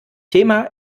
thema